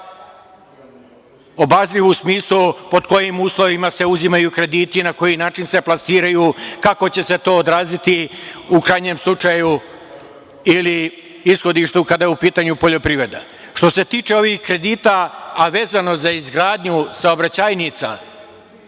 Obazriv u smislu pod kojim uslovima se uzimaju krediti, na koji način se plasiraju, kako će se to odraziti u krajnjem slučaju ili ishodištu, kada je u pitanju poljoprivreda. Što se tiče ovih kredita, a vezano za izgradnju saobraćajnica,